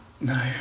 No